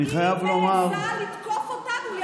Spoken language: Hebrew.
אני חייב לומר --- היא מעיזה לתקוף אותנו.